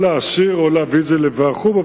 או להסיר או להביא את זה לוועדת חוץ וביטחון,